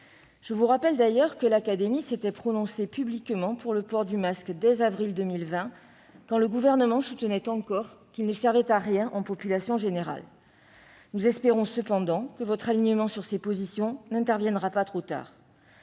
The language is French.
Je vous rappelle d'ailleurs qu'elle s'était prononcée publiquement en faveur du port du masque dès avril 2020, quand le Gouvernement soutenait encore qu'il ne servait à rien en population générale. Nous espérons que l'alignement du Gouvernement sur ces positions n'interviendra pas trop tard.